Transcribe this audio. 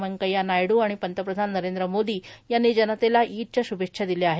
व्यंकय्या नायड् आणि पंतप्रधान नरेंद्र मोदी यांनी जनतेला ईदच्या श्भेच्छा दिल्या आहेत